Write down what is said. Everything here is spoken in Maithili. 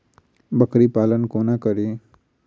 बकरी पालन कोना करि?